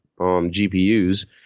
GPUs